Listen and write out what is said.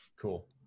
Cool